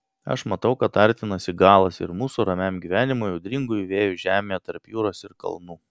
aš matau kad artinasi galas ir mūsų ramiam gyvenimui audringųjų vėjų žemėje tarp jūros ir kalnų